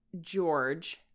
George